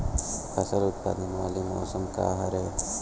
फसल उत्पादन वाले मौसम का हरे?